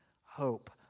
hope